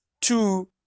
Two